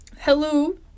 Hello